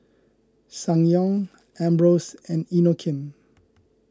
Ssangyong Ambros and Inokim